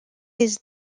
his